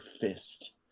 fist